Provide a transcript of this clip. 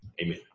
Amen